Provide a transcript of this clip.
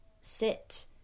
sit